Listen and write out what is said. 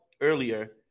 earlier